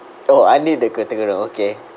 !oh! I need the category okay